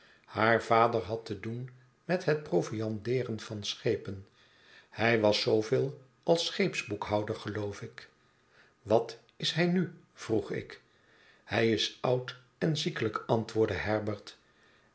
haar vader had te doen met het proviandeeren van schepen hij was zooveel als scheepsboekhouder geloof ik wat is hij nu vroeg ik hij is oud en ziekelijk antwoordde herbert